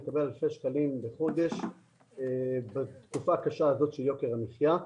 לקבל אלפי שקלים בחודש בתקופה הקשה הזאת של יוקר המחיה.